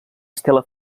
estela